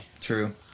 true